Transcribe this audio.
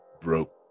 broke